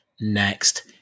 Next